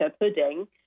pudding